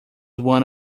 one